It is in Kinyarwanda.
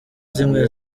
zimwe